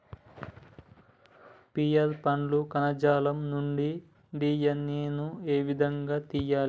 Pear పండ్ల కణజాలం నుండి డి.ఎన్.ఎ ను ఏ విధంగా తియ్యాలి?